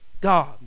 god